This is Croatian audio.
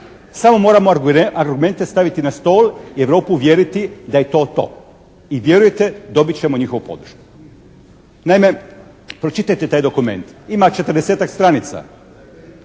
samo moramo argumente staviti na stol i Europu uvjeriti da je to i vjerujte dobit ćemo njihovu podršku. Naime, pročitajte taj dokument. Ima 40-tak stranica